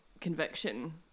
conviction